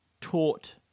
taught